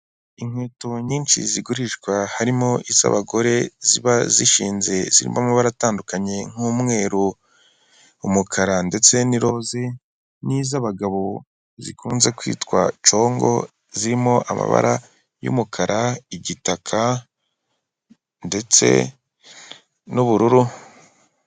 Inkweto nyinshi zigurishwa harimo iz'abagore ziba zishinze zirimo amabara atandukanye nk'umweru, umukara ndetse n'irozi n'iz'abagabo zikunze kwitwa nshongo zirimo amabara y'umukara, igitaka ndetse n'ubururu.